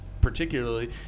particularly